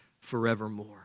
forevermore